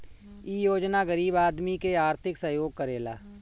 इ योजना गरीब आदमी के आर्थिक सहयोग करेला